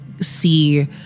see